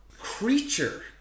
creature